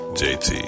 jt